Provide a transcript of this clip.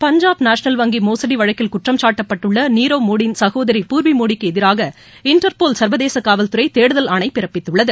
Punjab national வங்கி மோசடி வழக்கில் குற்றம்சாட்டப்பட்டுள்ள நீரவ்மோடியின் சகோதரி பூர்வி மோடிக்கு எதிராக இன்டர்போல் சாவதேச காவல்துறை தேடுதல் ஆணை பிறப்பித்துள்ளது